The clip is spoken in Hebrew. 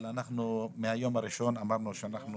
אבל אנחנו אמרנו מהיום הראשון שאנחנו